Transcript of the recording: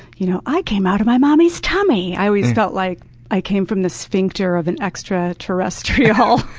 you know i came out of my mommy's tummy. i always felt like i came from the sphincter of an extra terrestrial.